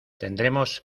tendremos